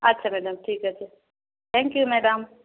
আচ্ছা ম্যাডাম ঠিক আছে থ্যাংক ইউ ম্যাডাম